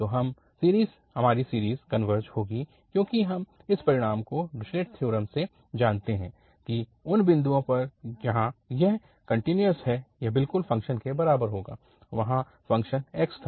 तो यह series converge होगी क्योंकि हम इस परिणाम को डिरिचलेट प्रथ्योरम से जानते हैं कि उन बिंदुओं पर जहां यह कन्टिन्यूअस है यह बिल्कुल फ़ंक्शन के बराबर होगा वहां फ़ंक्शन x था